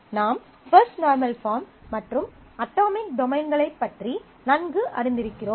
நாம் first normal form மற்றும் atomic டொமைன்களைப் பற்றி நன்கு அறிந்திருக்கிறோம்